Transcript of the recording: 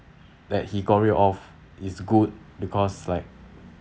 that he got rid of is good because like